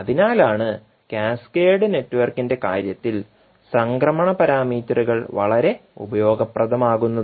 അതിനാലാണ് കാസ്കേഡ് നെറ്റ്വർക്കിന്റെ കാര്യത്തിൽ സംക്രമണ പാരാമീറ്ററുകൾ വളരെ ഉപയോഗപ്രദമാകുന്നത്